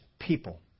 People